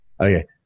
Okay